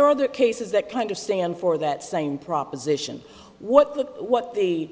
there are other cases that kind of stand for that same proposition what the what the